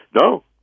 No